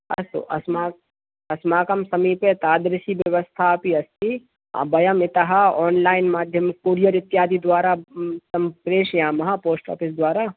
अस्तु अस्म् अस्माकं समीपे तादृशी व्यवस्था अपि अस्ति वयं इतः आन्लैन् माध्यमेन कुरियर् इत्यादि द्वारा प्रेषयामः पोस्ट् ऑफिस् द्वारा